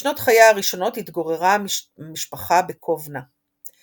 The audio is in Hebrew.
בשנות חייה הראשונות התגוררה המשפחה בקובנה .